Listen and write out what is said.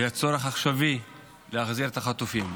ויש צורך עכשווי להחזיר את החטופים.